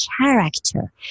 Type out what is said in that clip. character